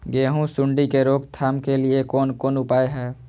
गेहूँ सुंडी के रोकथाम के लिये कोन कोन उपाय हय?